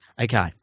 okay